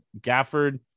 Gafford